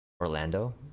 Orlando